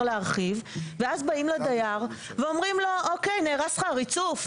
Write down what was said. להרחיב ואז באים לדייר ואומרים לו: נהרס לך הריצוף?